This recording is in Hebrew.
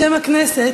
בשם הכנסת,